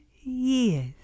years